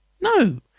No